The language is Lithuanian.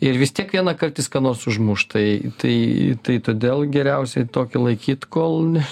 ir vis tiek vienąkart jis ką nors užmuš tai tai tai todėl geriausiai tokį laikyt kol ne